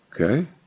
Okay